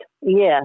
yes